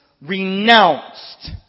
renounced